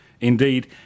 Indeed